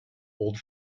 old